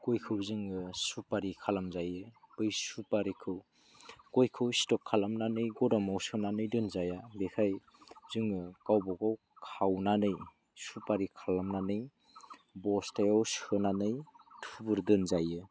गयखौ जोङो सुपारि खालामजायो बै सुपारिखौ गयखौ स्ट'क खालामनानै गुडामआव सोनानै दोनजाया बेनिखायनो जोङो गावबा गाव खावनानै सुपारि खालामनानै बस्तायाव सोनानै थुबुर दोनजायो